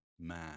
man